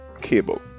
cable